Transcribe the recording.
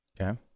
Okay